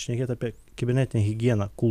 šnekėt apie kibernetinę higieną kul